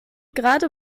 gerade